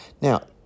Now